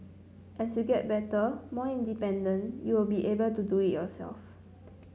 as you get better more independent you will be able to do it yourself